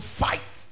fight